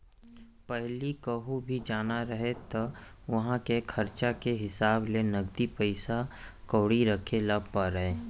पहिली कहूँ भी जाना रहय त उहॉं के खरचा के हिसाब ले नगदी पइसा कउड़ी राखे ल परय